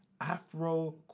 Afro